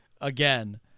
again